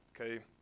Okay